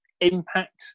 impact